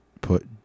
put